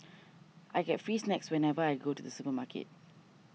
I get free snacks whenever I go to the supermarket